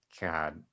God